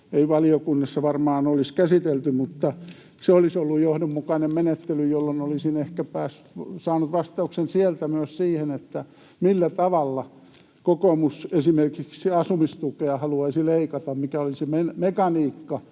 ei valiokunnassa varmaan olisi käsitelty. Mutta se olisi ollut johdonmukainen menettely, jolloin olisin ehkä saanut vastauksen sieltä siihen, millä tavalla kokoomus esimerkiksi asumistukea haluaisi leikata, mikä olisi se mekaniikka,